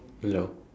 hello